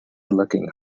looking